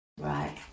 Right